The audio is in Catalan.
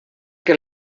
que